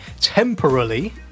temporarily